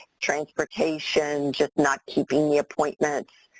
transportation, just not keeping the appointments,